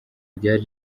ryari